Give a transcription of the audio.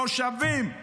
מושבים,